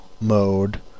mode